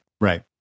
Right